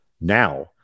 Now